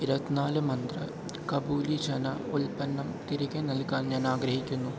ഇരുപതിനാല് മന്ത്ര കബൂലി ചന ഉൽപ്പന്നം തിരികെ നൽകാൻ ഞാൻ ആഗ്രഹിക്കുന്നു